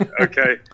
Okay